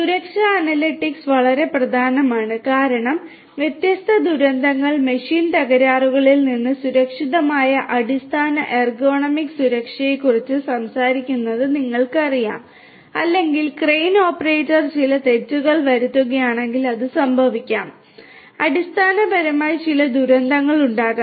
സുരക്ഷാ അനലിറ്റിക്സ് വളരെ പ്രധാനമാണ് കാരണം വ്യത്യസ്ത ദുരന്തങ്ങൾ മെഷീൻ തകരാറുകളിൽ നിന്ന് സുരക്ഷിതമായ അടിസ്ഥാന എർഗണോമിക്സ് സുരക്ഷയെക്കുറിച്ച് സംസാരിക്കുന്നത് നിങ്ങൾക്കറിയാം അല്ലെങ്കിൽ ക്രെയിൻ ഓപ്പറേറ്റർ ചില തെറ്റുകൾ വരുത്തുകയാണെങ്കിൽ അത് സംഭവിക്കാം അടിസ്ഥാനപരമായി ചില ദുരന്തങ്ങൾ ഉണ്ടാകാം